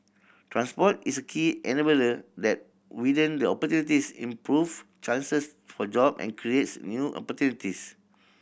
transport is a key enabler that widen the opportunities improve chances for job and creates new opportunities